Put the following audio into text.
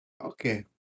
okay